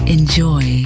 Enjoy